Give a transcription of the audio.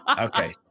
Okay